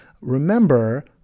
remember